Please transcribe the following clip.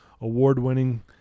award-winning